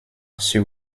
sur